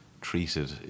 treated